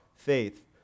faith